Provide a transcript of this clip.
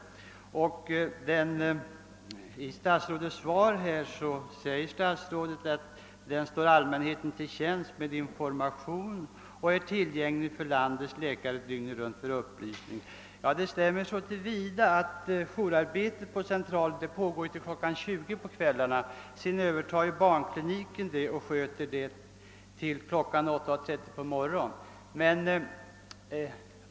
I sitt svar uppger statsrådet att centralen står allmänheten till tjänst med information och är tillgänglig för landets läkare dygnet runt för upplysningar. Det stämmer så till vida att jourarbetet på centralen pågår till kl. 20 på kvällarna. Sedan övertar barnkliniken jouren och sköter den till kl. 8.30 på morgonen.